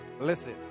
Listen